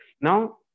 Now